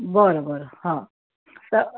बरं बरं हं तर